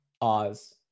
Oz